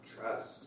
trust